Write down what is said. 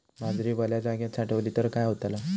बाजरी वल्या जागेत साठवली तर काय होताला?